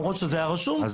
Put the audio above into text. למרות שזה היה רשום,